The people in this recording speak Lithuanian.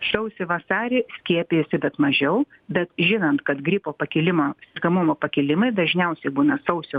sausį vasarį skiepijasi bet mažiau bet žinant kad gripo pakilimą sergamumo pakilimai dažniausiai būna sausio